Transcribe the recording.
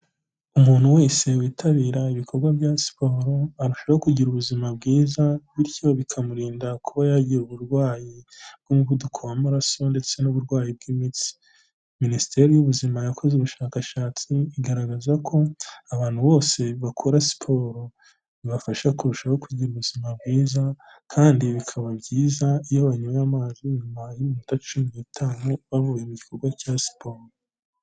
Umuntu wese witabira ibikorwa bya siporo, arushaho kugira ubuzima bwiza bityo bikamurinda kuba yagira uburwayi bw'umuvuduko w'amaraso ndetse n'uburwayi bw'imitsi. Minisiteri y'Ubuzima yakoze ubushakashatsi, igaragaza ko abantu bose bakora siporo bibafasha kurushaho kugira ubuzima bwiza kandi bikaba byiza iyo banyweye amazi nyuma y'iminota cumi n'itanu, bavuye mu gikorwa cya siporo.